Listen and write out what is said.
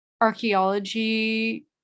archaeology